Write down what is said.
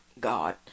God